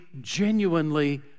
genuinely